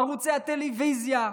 בערוצי הטלוויזיה,